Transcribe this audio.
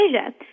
Asia